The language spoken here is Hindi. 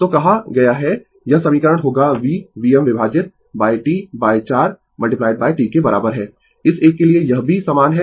तो कहा गया है यह समीकरण होगा v Vm विभाजित T 4 T के बराबर है इस एक के लिए यह भी समान है